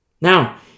Now